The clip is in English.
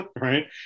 Right